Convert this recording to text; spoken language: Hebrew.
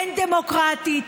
אין דמוקרטית,